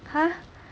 !huh!